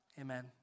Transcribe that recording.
Amen